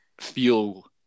feel